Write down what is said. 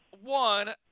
one